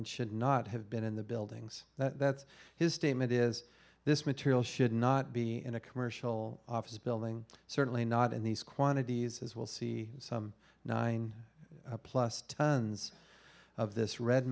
and should not have been in the buildings that's his statement is this material should not be in a commercial office building certainly not in these quantities as we'll see some nine plus tons of this red